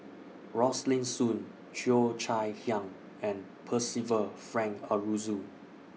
Rosaline Soon Cheo Chai Hiang and Percival Frank Aroozoo